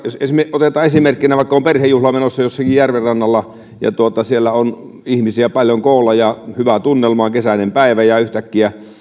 otetaan esimerkkinä vaikka se että on perhejuhla menossa jossakin järven rannalla ja siellä on ihmisiä paljon koolla ja hyvä tunnelma kesäinen päivä ja yhtäkkiä